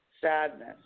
sadness